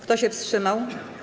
Kto się wstrzymał?